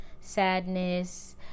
sadness